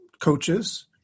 coaches